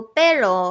pero